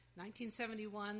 1971